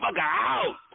out